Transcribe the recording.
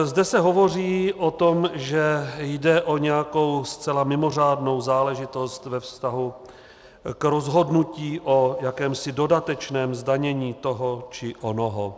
Zde se hovoří o tom, že jde o nějakou zcela mimořádnou záležitost ve vztahu k rozhodnutí o jakémsi dodatečném zdanění toho či onoho.